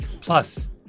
Plus